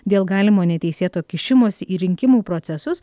dėl galimo neteisėto kišimosi į rinkimų procesus